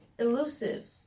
elusive